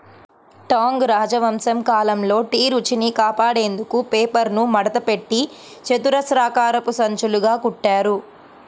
Tang రాజవంశం కాలంలో tea రుచిని కాపాడేందుకు పేపర్ను మడతపెట్టి చతురస్రాకారపు సంచులుగా కుట్టారు